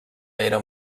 era